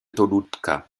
toluca